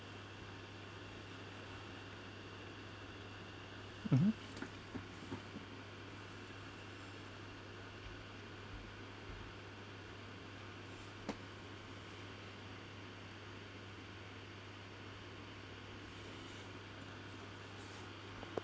mmhmm